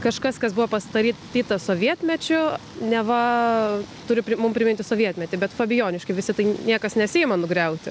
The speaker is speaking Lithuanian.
kažkas kas buvo pastatyta sovietmečiu neva turi mum priminti sovietmetį bet fabijoniškių visi tai niekas nesiima nugriauti